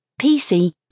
PC